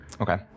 Okay